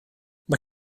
mae